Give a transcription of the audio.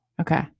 Okay